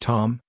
Tom